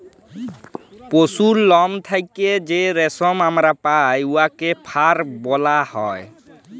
পশুর লম থ্যাইকে যে রেশম আমরা পাই উয়াকে ফার ব্যলা হ্যয়